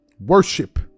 Worship